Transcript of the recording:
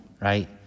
right